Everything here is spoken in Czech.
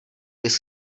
bys